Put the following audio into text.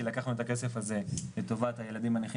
כי לקחנו את הכסף הזה לטובת הילדים הנכים